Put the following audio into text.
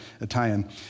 Italian